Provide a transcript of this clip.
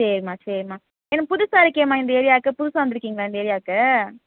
சரிமா சரிமா நீங்கள் புதுசாயிருக்கேம்மா இந்த ஏரியாவுக்கு புதுசாக வந்திருக்கிங்களா இந்த ஏரியாவுக்கு